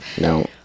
No